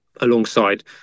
alongside